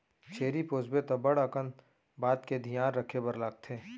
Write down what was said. छेरी पोसबे त बड़ अकन बात के धियान रखे बर लागथे